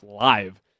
live